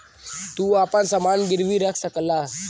तू आपन समान गिर्वी रख सकला